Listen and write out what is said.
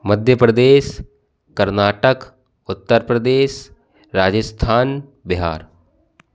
Madhya Pradesh Karnataka Uttar Pradesh Rajasthan Bihar